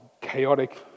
chaotic